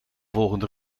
volgende